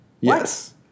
Yes